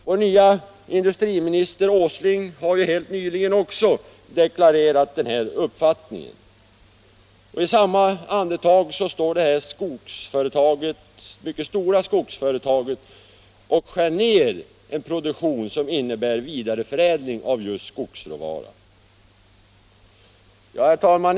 Vår nye industriminister, herr Åsling, har ju också helt nyligen deklarerat denna uppfattning — samtidigt som det här mycket stora skogsföretaget skär ned en produktion som innebär vidare förädling av just skogsråvara. Herr talman!